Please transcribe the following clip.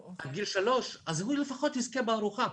עד גיל שלוש, הוא לפחות יזכה בארוחה.